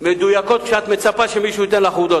מדויקות כשאת מצפה שמישהו ייתן לך עובדות.